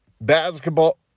Basketball